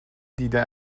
دیده